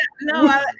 no